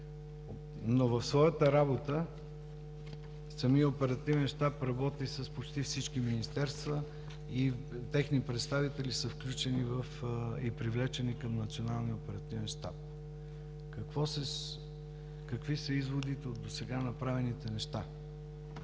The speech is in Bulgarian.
но в своята работа самият Оперативен щаб работи с почти всички министерства и техни представители, които са включени и привлечени към Националния оперативен щаб. Какви са изводите от досега направените неща?